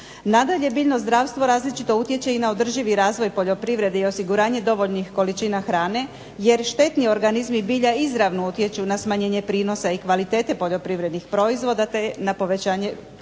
Nadalje biljno zdravstvo različito utječe i na održivi razvoj poljoprivrede i osiguranje dovoljnih količina hrane, jer štetni organizmi bilja izravno utječu na smanjenje prinosa i kvalitete poljoprivrednih proizvoda, te na povećanje